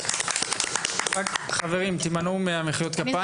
רק חברים, תמנעו ממחיאות הכפיים.